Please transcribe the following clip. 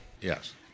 Yes